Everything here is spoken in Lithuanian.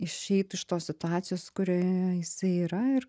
išeitų iš tos situacijos kurioje jisai yra ir